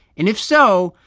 and if so,